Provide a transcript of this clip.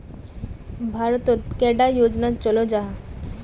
भारत तोत कैडा योजना चलो जाहा?